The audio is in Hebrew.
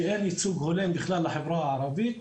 שאין ייצוג הולם בכלל לחברה הערבית.